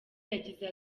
yagize